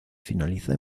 finaliza